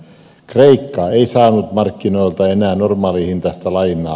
kreikka ei saanut markkinoilta enää normaalihintaista lainaa